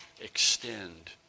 extend